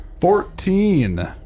Fourteen